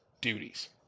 duties